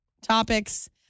topics